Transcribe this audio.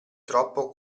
troppo